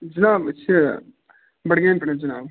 جناب أسۍ چھِ بَڈٕگامہِ پٮ۪ٹھ حظ جناب